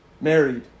Married